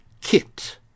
kit